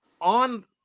on